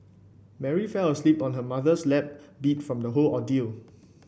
Mary fell asleep on her mother's lap beat from the whole ordeal